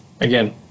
Again